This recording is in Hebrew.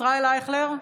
ישראל אייכלר,